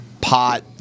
pot